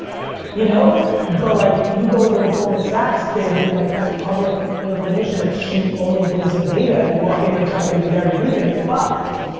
yeah. you know but like you go to a goldman sachs kid who, like, has public information that she only believes in data, and you walk in there and try to do the garyvee thing, you're fucked.